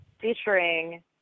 featuring